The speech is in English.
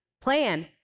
plan